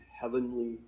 heavenly